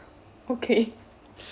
okay